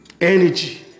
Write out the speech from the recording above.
Energy